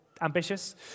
ambitious